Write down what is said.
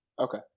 Okay